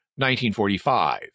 1945